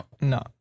No